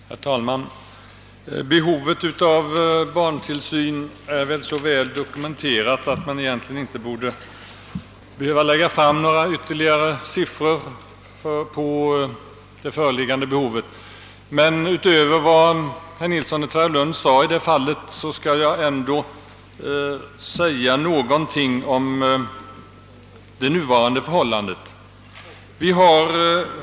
Herr talman! Behovet av barntillsyn är nog så väl dokumenterat att man egentligen inte borde behöva lägga fram några ytterligare siffror, men utöver vad herr Nilsson i Tvärålund sade skall jag tillägga ett par saker om det nuvarande förhållandet.